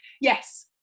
Yes